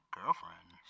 girlfriend